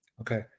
Okay